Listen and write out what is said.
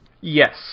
Yes